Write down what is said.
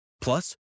Plus